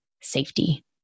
safety